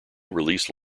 release